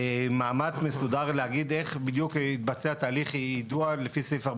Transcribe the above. מאמץ מסודר להגיד איך בדיוק יתבצע תהליך יידוע לפי סעיף,